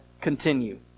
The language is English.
continue